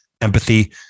empathy